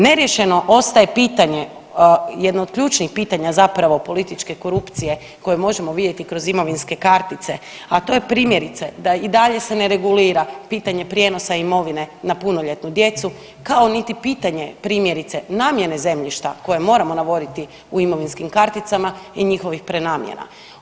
Neriješeno ostaje pitanje, jedno od ključnih pitanja zapravo političke korupcije koju možemo vidjeti kroz imovinske kartice, a to je primjerice da i dalje se ne regulira pitanje prijenosa imovine na punoljetnu djecu, kao niti pitanje primjerice namjene zemljišta koje moramo navoditi u imovinskim karticama i njihovih prenamjena.